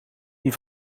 die